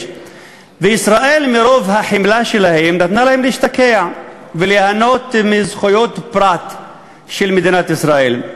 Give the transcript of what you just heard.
וישראל מרוב חמלה נתנה להם להשתקע וליהנות מזכויות פרט של מדינת ישראל.